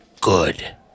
good